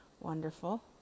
Wonderful